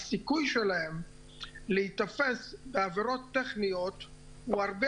הסיכוי שלהם להיתפס בעבירות טכניות הוא הרבה